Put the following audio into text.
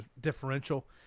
differential